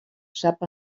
sap